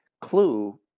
Clue